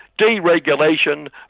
deregulation